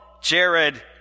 Jared